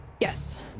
yes